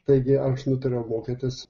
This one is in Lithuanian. taigi aš nutariau mokytis